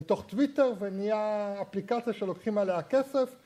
בתוך טוויטר ונהיה אפליקציה שלוקחים עליה כסף